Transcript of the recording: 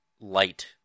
light